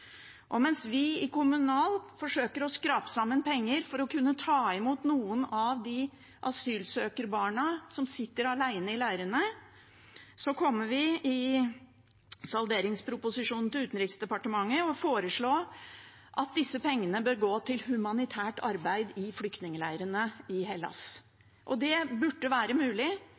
kr. Mens vi i kommunalkomiteen forsøker å skrape sammen penger for å kunne ta imot noen av de asylsøkerbarna som sitter alene i leirene, kommer vi i behandlingen av salderingsproposisjonen for Utenriksdepartementet til å foreslå at disse pengene bør gå til humanitært arbeid i flyktningleirene i Hellas. Det burde være mulig.